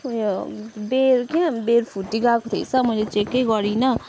उयो बेँड क्या बेँड फुटी गएको थिएछ मैले चेकै गरिनँ